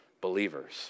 believers